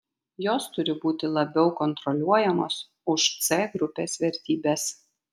jos turi būti labiau kontroliuojamos už c grupės vertybes